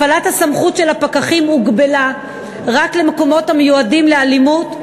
הפעלת הסמכות של הפקחים הוגבלה רק למקומות המועדים לאלימות,